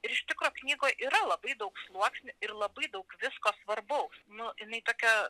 ir iš tikro knygoj yra labai daug sluoksnių ir labai daug visko svarbaus nu jinai tokia